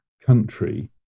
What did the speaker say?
country